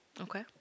Okay